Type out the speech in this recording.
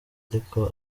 ariko